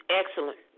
excellent